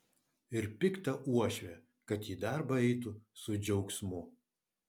ir piktą uošvę kad į darbą eitų su džiaugsmu